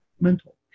mental